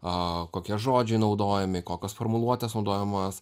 kokie žodžiai naudojami kokios formuluotės naudojamos